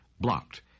blocked